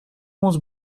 onze